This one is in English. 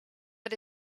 but